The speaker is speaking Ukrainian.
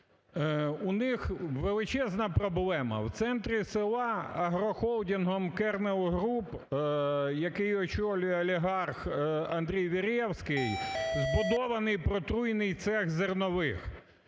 У них величезна проблема. В центрі села агрохолдингом "Кернел Груп", який очолює олігарх Андрій Веревський, збудований протруйний цех зернових.